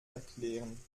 erklären